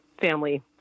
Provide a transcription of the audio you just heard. family